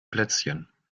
plätzchen